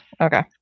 Okay